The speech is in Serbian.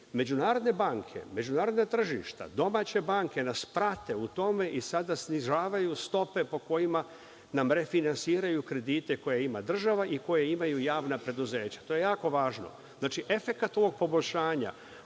međunarodne banke, međunarodna tržišta, domaće banke, nas prate u tome i sada snižavaju stope po kojima nam refinansiraju kredite koje ima država i koje imaju javna preduzeća. To je jako važno. Znači, efekat ovog poboljšanja,